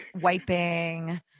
wiping